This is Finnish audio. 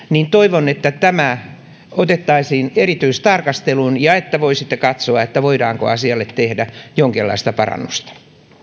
tehdään toivon että tämä otettaisiin erityistarkasteluun ja että voisitte katsoa voidaanko asialle tehdä jonkinlaista parannusta